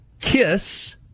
kiss